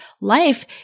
life